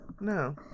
No